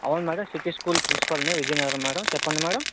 అవును madam city school ప్రిన్సిపల్ని Vizianagaram madam చెప్పండి మేడం